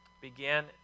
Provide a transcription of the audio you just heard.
began